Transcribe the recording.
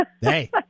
Hey